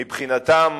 מבחינתם,